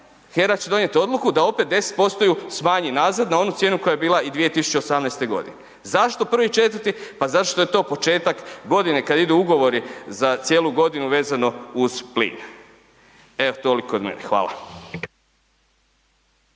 HERA će donijeti odluku da opet 10% ju smanji nazad na onu cijenu koja je bila i 2018. godine. Zašto 1.4., pa zato što je to početak godine kad idu ugovori za cijelu godinu vezano uz plin. Evo toliko od mene, hvala.